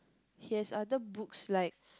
he has other books like